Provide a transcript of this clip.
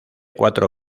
cuatro